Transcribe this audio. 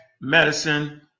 medicine